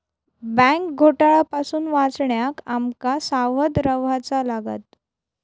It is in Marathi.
बँक घोटाळा पासून वाचण्याक आम का सावध रव्हाचा लागात